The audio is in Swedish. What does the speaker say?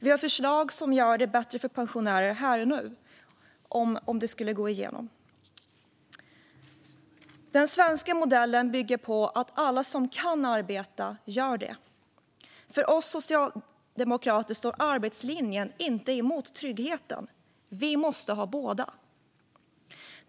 Vi har förslag som gör det bättre för pensionärer här och nu, om de skulle gå igenom. Den svenska modellen bygger på att alla som kan arbeta gör det. För Socialdemokraterna står arbetslinjen inte mot tryggheten, utan vi måste ha båda.